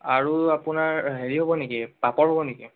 আৰু আপোনাৰ হেৰি হ'ব নেকি পাপৰ হ'ব নেকি